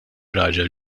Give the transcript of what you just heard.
raġel